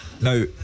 Now